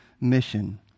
mission